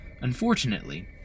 Unfortunately